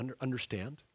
understand